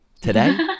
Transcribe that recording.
Today